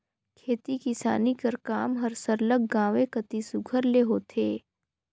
खेती किसानी कर काम हर सरलग गाँवें कती सुग्घर ले होथे